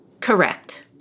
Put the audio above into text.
Correct